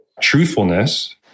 Truthfulness